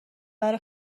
برا